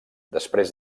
després